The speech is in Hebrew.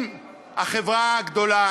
אם החברה הגדולה,